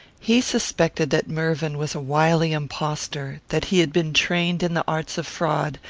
he suspected that mervyn was a wily impostor that he had been trained in the arts of fraud,